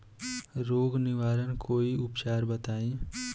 रोग निवारन कोई उपचार बताई?